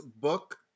book